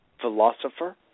philosopher